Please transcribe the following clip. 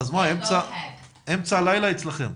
אמצע הלילה.